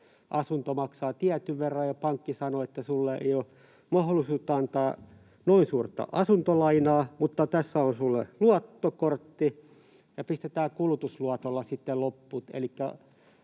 asunto maksaa tietyn verran, ja pankki sanoo, että sinulle ei ole mahdollisuutta antaa noin suurta asuntolainaa, mutta tässä on sinulle luottokortti ja pistetään kulutusluotolla sitten